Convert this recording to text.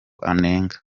anenga